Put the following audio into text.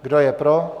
Kdo je pro?